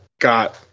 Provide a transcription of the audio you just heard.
got